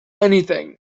anything